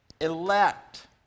elect